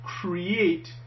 create